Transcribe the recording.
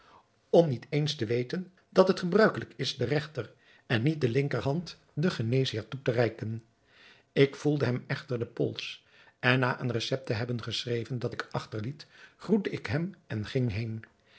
om niet eens te weten dat het gebruikelijk is de regter en niet de linkerhand den geneesheer toe te reiken ik voelde hem echter den pols en na een recept te hebben geschreven dat ik achterliet groette ik hem en ging heen